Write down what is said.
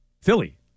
Philly